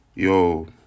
Yo